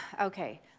okay